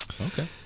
Okay